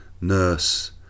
nurse